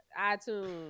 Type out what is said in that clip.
iTunes